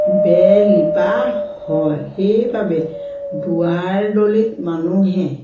বেৰ লিপা হয় সেইবাবে দুৱাৰদলিত মানুহে